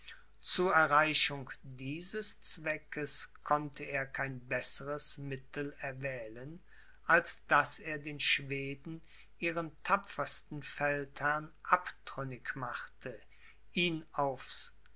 zu erreichung dieses zweckes konnte er kein besseres mittel erwählen als daß er den schweden ihren tapfersten feldherrn abtrünnig machte ihn aufs